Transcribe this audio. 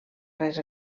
res